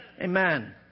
Amen